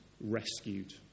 rescued